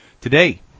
today